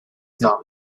not